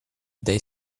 they